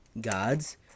gods